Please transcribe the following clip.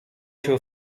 się